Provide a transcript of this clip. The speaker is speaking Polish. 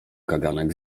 kaganek